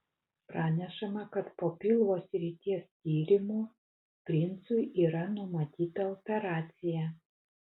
pranešama kad po pilvo srities tyrimų princui yra numatyta operacija